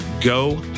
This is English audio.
go